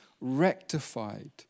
rectified